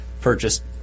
purchased